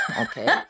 okay